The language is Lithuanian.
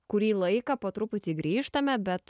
kurį laiką po truputį grįžtame bet